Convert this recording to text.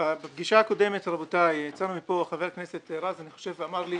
בפגישה הקודמת נשאלנו נדמה לי על ידי חבר הכנסת רז - אם מישהו